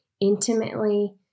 intimately